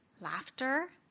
laughter